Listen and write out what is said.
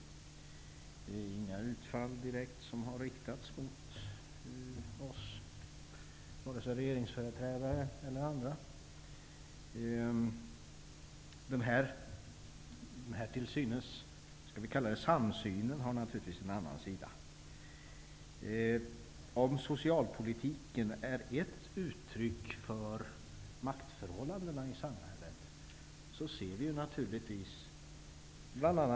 Det har inte riktats några direkta utfall mot vare sig regeringsföreträdare eller andra. Den här s.k. samsynen har naturligtvis en annan sida. Om socialpolitiken är ett uttryck för maktförhållandena i samhället, kan vi se hur dessa har förändrats.